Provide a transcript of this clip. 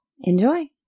Enjoy